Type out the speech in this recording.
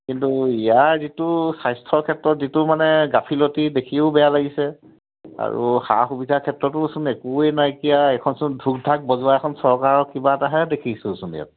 কিন্তু ইয়াৰ যিটো স্বাস্থ্যৰ ক্ষেত্ৰত যিটো মানে গাফিলতি দেখিও বেয়া লাগিছে আৰু সা সুবিধাৰ ক্ষেত্ৰতোচোন একোৱেই নাইকিয়া এখনচোন ঢোক্ ঢাক্ বজোৱা এখন চৰকাৰৰ কিবা এটাহে দেখিছোঁচোন ইয়াত